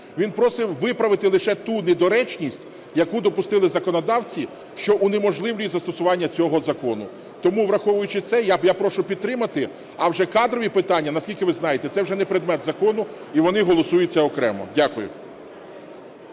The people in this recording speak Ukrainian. він просить виправити лише ту недоречність, яку допустили законодавці, що унеможливлює застосування цього закону. Тому, враховуючи це, я прошу підтримати, а вже кадрові питання, наскільки ви знаєте, це вже не предмет закону, і вони голосуються окремо. Дякую.